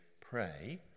pray